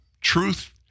truth